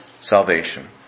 salvation